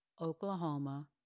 Oklahoma